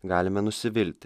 galime nusivilt